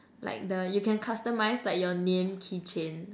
like the you can customize like your name keychain